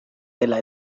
dela